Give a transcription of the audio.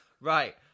Right